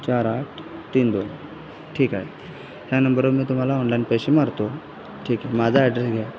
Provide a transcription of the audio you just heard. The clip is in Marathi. चार आठ तीन दोन ठीक आए या नंबरवर मी तुम्हाला ऑनलाईन पैसे मारतो ठीक आहे माझा ॲड्रेस घ्या